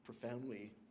profoundly